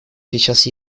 сейчас